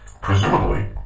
Presumably